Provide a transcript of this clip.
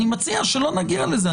אני מציע שלא נגיע לזה.